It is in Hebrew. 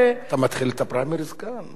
מספיק.